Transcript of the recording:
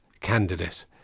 candidate